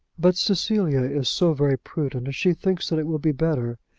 but cecilia is so very prudent, and she thinks that it will be better.